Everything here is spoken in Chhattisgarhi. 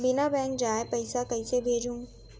बिना बैंक जाए पइसा कइसे भेजहूँ?